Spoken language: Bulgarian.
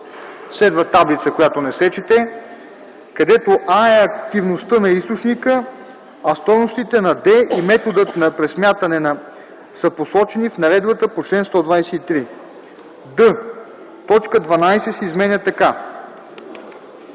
Следва таблица, която не се чете. „Където А е активността на източника, а стойностите на D и методът на пресмятане са посочени в наредбата по чл. 123.”; д) точка 12 се изменя така: